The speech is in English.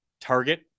target